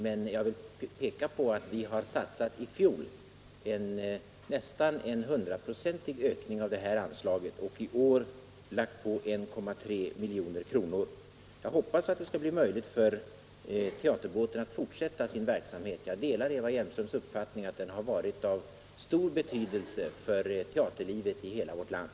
Men jag vill peka på att vi i fjol gjorde en satsning som innebar en nästan hundraprocentig ökning av detta anslag och att vi i år har lagt på 1,3 milj.kr. Jag hoppas att det skall bli möjligt för teaterbåten att fortsätta sin verksamhet, och jag delar Eva Hjelmströms uppfattning att den har varit av stor betydelse för teaterlivet i hela vårt land.